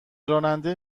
راننده